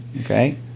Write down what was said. Okay